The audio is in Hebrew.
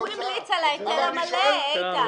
הוא המליץ על ההיטל המלא, איתן.